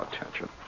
attention